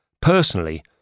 Personally